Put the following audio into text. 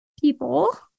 people